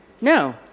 No